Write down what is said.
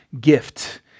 gift